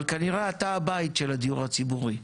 אבל כנראה אתה הבית של הדיור הציבורי.